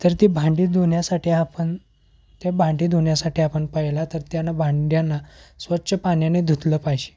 तर ती भांडी धुण्यासाठी आपण त्या भांडी धुण्यासाठी आपण पहिला तर त्यांना भांड्यांना स्वच्छ पाण्याने धुतलं पाहिजे